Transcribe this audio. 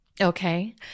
Okay